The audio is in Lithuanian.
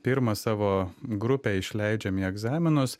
pirmą savo grupę išleidžiam į egzaminus